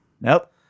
Nope